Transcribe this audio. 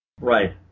Right